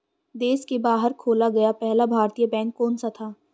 देश के बाहर खोला गया पहला भारतीय बैंक कौन सा था?